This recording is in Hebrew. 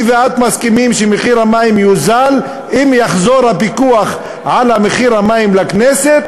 אני ואת מסכימים שמחיר המים יוזל אם יחזור הפיקוח על מחיר המים לכנסת,